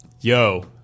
yo